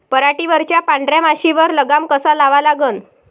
पराटीवरच्या पांढऱ्या माशीवर लगाम कसा लावा लागन?